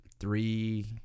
Three